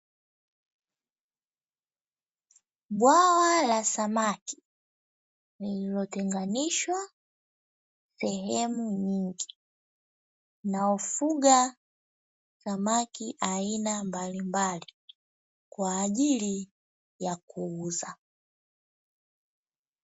Bwawa la samaki, lililotenganishwa sehemu nyingi na hufuga samaki aina mbalimbali kwaajili ya kuuza.